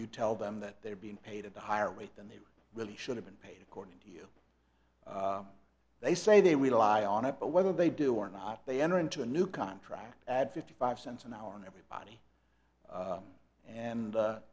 you tell them that they are being paid at a higher rate than they really should have been paid according to you they say they rely on it but whether they do or not they enter into a new contract add fifty five cents an hour and everybody and